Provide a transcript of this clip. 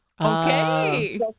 Okay